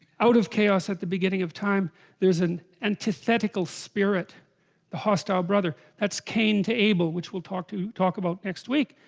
out of chaos at the beginning of time there's an antithetical spirit the hostile brother that's cain abel which we'll talk to talk about next week?